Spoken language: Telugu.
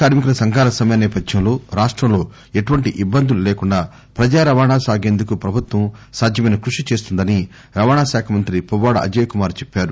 కార్మి కుల సంఘాల సమ్మె నేపథ్యంలో రాష్టంలో ఎటువంటి ఇబ్బందులు లేకుండా ప్రజా రవాణా సాగేందుకు ప్రభుత్వం సాధ్యమైన క్రుషి చేస్తుందని రవాణా శాఖమంత్రి పువ్వాడ అజయ్ కుమార్ చెప్పారు